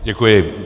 Děkuji.